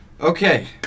Okay